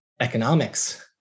economics